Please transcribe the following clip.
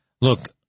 look